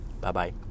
Bye-bye